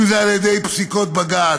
אם זה על ידי פסיקות בג"ץ,